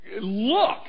look